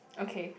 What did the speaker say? okay